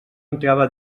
entrava